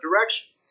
direction